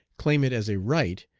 claim it as a right,